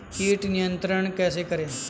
कीट नियंत्रण कैसे करें?